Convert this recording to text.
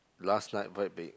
last night quite big